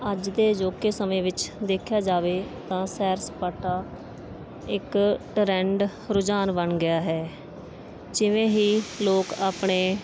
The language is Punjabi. ਅੱਜ ਦੇ ਅਜੋਕੇ ਸਮੇਂ ਵਿੱਚ ਦੇਖਿਆ ਜਾਵੇ ਤਾਂ ਸੈਰ ਸਪਾਟਾ ਇੱਕ ਟਰੈਂਡ ਰੁਝਾਨ ਬਣ ਗਿਆ ਹੈ ਜਿਵੇਂ ਹੀ ਲੋਕ ਆਪਣੇ